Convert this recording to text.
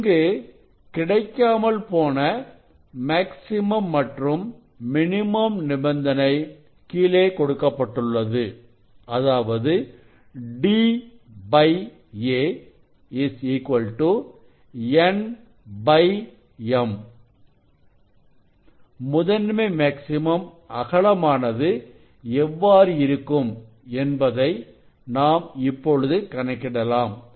இங்கு கிடைக்காமல் போன மேக்ஸிமம் மற்றும் மினிமம் நிபந்தனை கீழே கொடுக்கப்பட்டுள்ளது அதாவது da nm முதன்மை மேக்ஸிமம் அகலமானது எவ்வாறு இருக்கும் என்பதை நாம் இப்பொழுது கணக்கிடலாம்